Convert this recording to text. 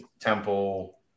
Temple